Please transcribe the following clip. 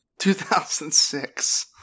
2006